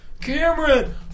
Cameron